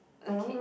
okay it